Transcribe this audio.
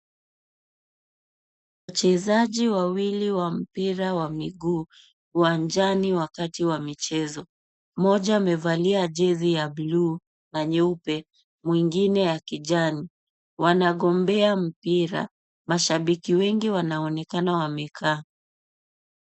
Wachezaji wawili wa mpira wa miguu uwanjani wakati wa michezo. Mmoja amevalia jezi ya buluu na nyeupe, mwingine ya kijani. Wanagombea mpira. Mshabiki wengi wanaonekana wamekaa.